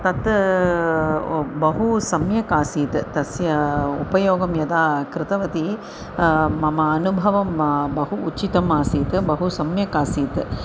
तत् बहु सम्यकासीत् तस्य उपयोगं यदा कृतवती मम अनुभवं बहु उचितम् आसीत् बहु सम्यकासीत्